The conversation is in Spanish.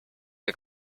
que